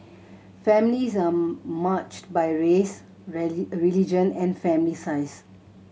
families are matched by race religion and family size